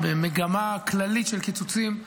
במגמה כללית של קיצוצים,